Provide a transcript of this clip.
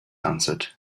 answered